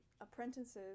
apprentices